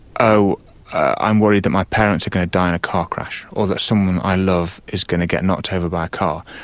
i'm worried that my parents are going to die in a car crash or that someone i love is going to get knocked over by a car.